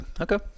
okay